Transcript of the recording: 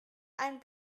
ein